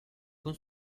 con